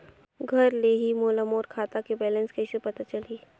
घर ले ही मोला मोर खाता के बैलेंस कइसे पता चलही?